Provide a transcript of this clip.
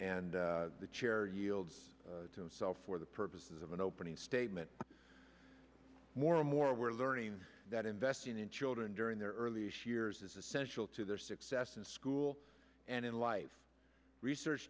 and the chair yields to sell for the purposes of an opening statement more and more we're learning that investing in children during their earliest years is essential to their success in school and in life research